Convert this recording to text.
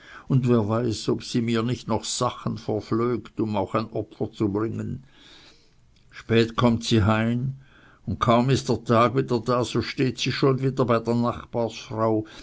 und wer weiß ob sie mir nicht noch sachen verflökt um auch ein opfer zu bringen spät kömmt sie heim und kaum ist der tag wieder da so steht sie schon bei der